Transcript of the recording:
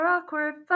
Awkward